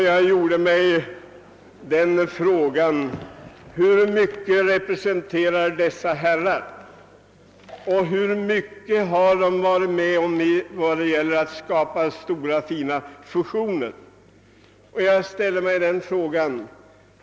Jag ställde mig då frågan: Hur mycket representerar dessa herrar och hur många stora och fina fusioner har de varit med om att skapa?